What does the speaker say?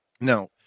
Now